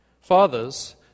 Fathers